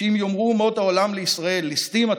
שאם יאמרו אומות העולם לישראל: ליסטים אתם,